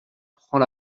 prend